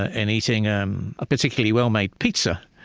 ah in eating um a particularly well-made pizza.